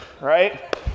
right